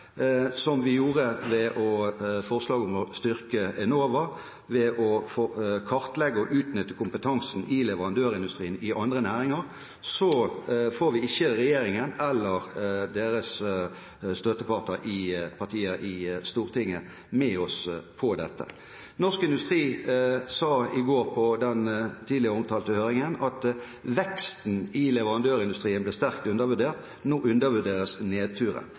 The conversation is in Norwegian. som vi gjorde i forslaget om å styrke Enova og å kartlegge og utnytte kompetansen i leverandørindustrien i andre næringer – så får vi ikke regjeringen eller dens støttepartier i Stortinget med oss på dette. Norsk Industri sa i går på den tidligere omtalte høringen at veksten i leverandørindustrien ble sterkt undervurdert. Nå undervurderes